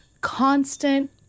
constant